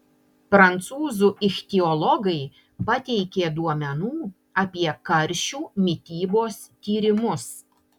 prancūzų ichtiologai pateikė duomenų apie karšių mitybos tyrimus